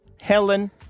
Helen